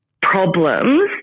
problems